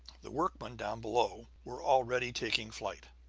the workmen, down below, were already taking flight.